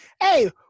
Hey